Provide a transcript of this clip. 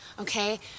okay